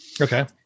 Okay